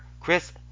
Chris